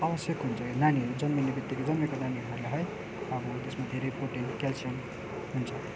आवश्यक हुन्छ यो नानीहरू जन्मिनेबित्तिकै जन्मेको नानीहरूलाई है अब त्यसमा धेरै प्रोटिन क्याल्सियम हुन्छ